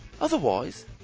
Otherwise